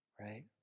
Right